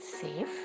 safe